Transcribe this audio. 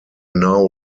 now